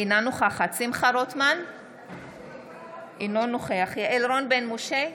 אינה נוכחת שמחה רוטמן, אינו נוכח יעל רון בן משה,